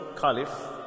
Caliph